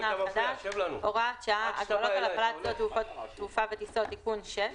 החדש (הוראת שעה) (הגבלות על הפעלת שדות תעופה וטיסות)(תיקון 6),